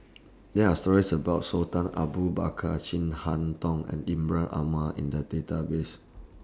There Are stories about Sultan Abu Bakar Chin Harn Tong and Ibrahim Omar in The Database